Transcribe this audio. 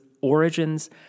origins